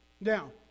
Now